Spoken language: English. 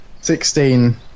Sixteen